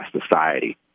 society